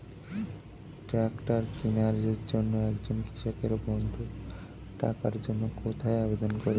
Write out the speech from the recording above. Tractor কিনার জন্য একজন কৃষক বন্ধু টাকার জন্য কোথায় আবেদন করবে?